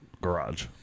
garage